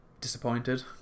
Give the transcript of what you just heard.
disappointed